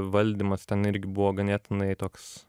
valdymas ten irgi buvo ganėtinai toks